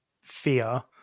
fear